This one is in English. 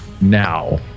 Now